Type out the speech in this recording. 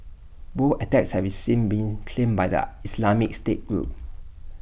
both attacks have since been claimed by the Islamic state group